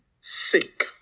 sick